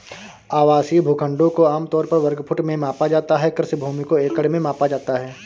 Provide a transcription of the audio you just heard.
आवासीय भूखंडों को आम तौर पर वर्ग फुट में मापा जाता है, कृषि भूमि को एकड़ में मापा जाता है